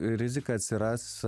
rizika atsiras